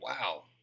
wow